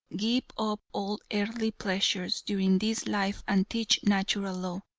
give up all earthly pleasures during this life and teach natural law,